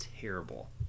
terrible